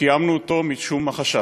וקיימנו אותו משום החשש.